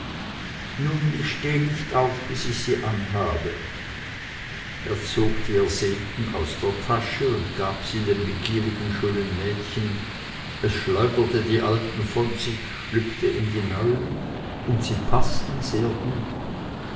nun steh ich nicht auf bis ich sie anhabe er zog die ersehnten aus der tasche und gab sie dem begierigen schönen mädchen es schleuderte die alten von sich schlüpfte in die neuen und sie paßten sehr gut